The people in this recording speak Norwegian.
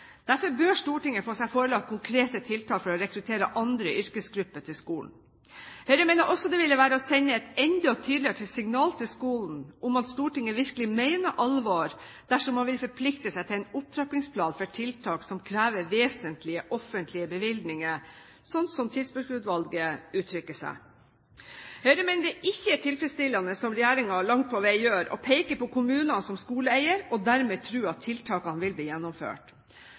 Derfor bør Stortinget få seg forelagt konkrete tiltak for å rekruttere andre yrkesgrupper til skolen. Høyre mener også det ville være å sende et enda tydeligere signal til skolen om at Stortinget virkelig mener alvor, dersom man vil forplikte seg til en opptrappingsplan for tiltak som krever «vesentlige offentlige bevilgninger», sånn som Tidsbrukutvalget uttrykker seg. Høyre mener det ikke er tilfredsstillende, som regjeringen langt på vei gjør, å peke på kommunene som skoleeiere og dermed tro at tiltakene vil bli gjennomført.